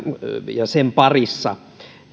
ja sen parissa